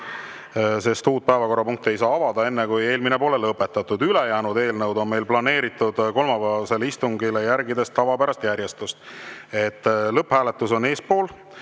sest uut päevakorrapunkti ei saa avada enne, kui eelmine pole lõpetatud. Ülejäänud eelnõud on meil planeeritud kolmapäevasele istungile, järgides tavapärast järjestust: lõpphääletused on eespool,